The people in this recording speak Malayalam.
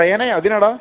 റയാനെ അബിനാടാ